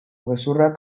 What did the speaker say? gezurrak